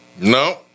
no